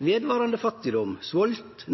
vedvarande fattigdom, svolt,